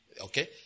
okay